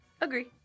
Agree